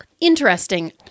Interesting